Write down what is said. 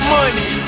money